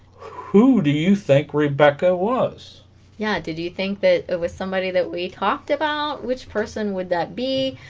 who do you think rebecca was yeah did you think that it was somebody that we talked about which person would that be